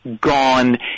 gone